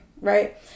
right